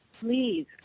please